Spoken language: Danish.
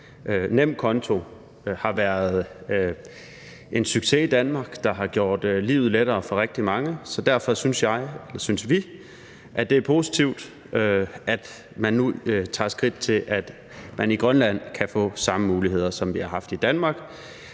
Nemkonto har været en succes i Danmark, der har gjort livet lettere for rigtig mange, så derfor synes vi, at det er positivt, at man nu tager skridt til, at man i Grønland kan få samme muligheder, som vi har fået i Danmark.